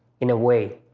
in a way.